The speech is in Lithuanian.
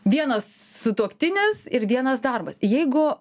vienas sutuoktinis ir vienas darbas jeigu